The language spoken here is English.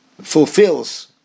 fulfills